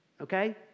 Okay